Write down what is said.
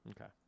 Okay